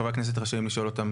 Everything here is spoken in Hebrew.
חברי הכנסת רשאים לשאול אותם,